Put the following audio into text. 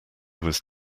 was